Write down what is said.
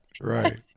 right